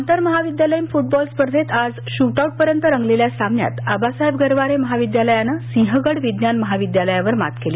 आंतर महाविद्यालयीन फुटबॉल स्पर्धेंत आज श्टआऊटपर्यंत रंगलेल्या सामन्यात आबासाहेब गरवारे महाविद्यालयानं सिंहगड विज्ञान महाविद्यालयावर मात केली